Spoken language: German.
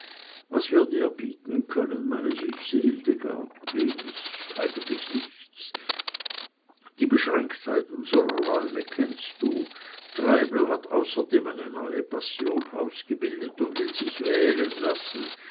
was wir dir bieten können meine süße hildegard wenig eigentlich nichts die beschränktheit unsrer räume kennst du treibel hat außerdem eine neue passion ausgebildet und will sich wählen lassen